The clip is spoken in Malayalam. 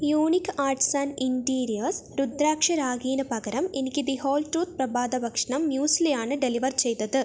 unique arts and interiors Rudraksha രാഖിന് പകരം എനിക്ക് ദി ഹോൾ ട്രൂത്ത് പ്രഭാതഭക്ഷണം മ്യൂസ്ലി ആണ് ഡെലിവർ ചെയ്തത്